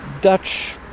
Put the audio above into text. Dutch